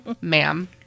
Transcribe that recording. ma'am